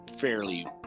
fairly